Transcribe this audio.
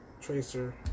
Tracer